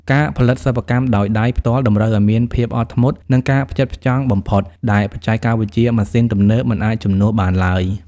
ការផលិតសិប្បកម្មដោយដៃផ្ទាល់តម្រូវឱ្យមានភាពអត់ធ្មត់ និងការផ្ចិតផ្ចង់បំផុត ដែលបច្ចេកវិទ្យាម៉ាស៊ីនទំនើបមិនអាចជំនួសបានឡើយ។